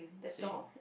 same